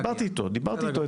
דיברתי איתו אתמול,